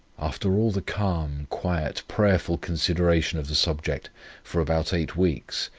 after all the calm, quiet, prayerful consideration of the subject for about eight weeks,